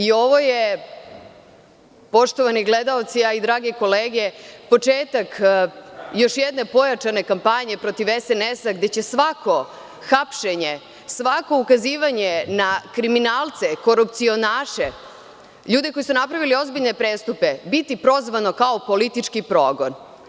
Ovo je, poštovani gledaoci, a i drage kolege, početak još jedne pojačane kampanje protiv SNS gde će svako hapšenje, svako ukazivanje na kriminalce, korupcionaše, ljude koji su napravili ozbiljne prestupe biti prozvano kao politički progon.